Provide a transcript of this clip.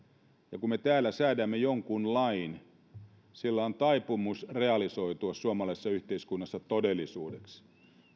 ja kun me täällä säädämme jonkun lain niin sillä on taipumus realisoitua suomalaisessa yhteiskunnassa todellisuudeksi